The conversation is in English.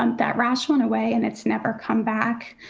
um that rash went away and it's never come back.